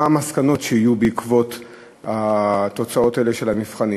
מה המסקנות שיהיו בעקבות התוצאות האלה של המבחנים.